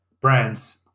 brands